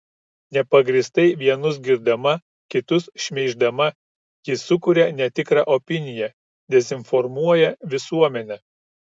nepagrįstai vienus girdama kitus šmeiždama ji sukuria netikrą opiniją dezinformuoja visuomenę